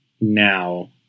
now